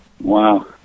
Wow